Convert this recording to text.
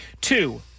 Two